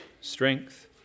strength